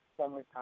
summertime